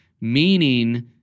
meaning